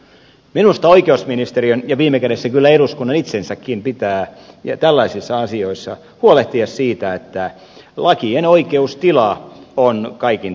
minusta oikeusministeriön ja viime kädessä kyllä eduskunnan itsensäkin pitää tällaisissa asioissa huolehtia siitä että lakien oikeustila on kaikin tavoin kunnossa